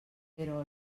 però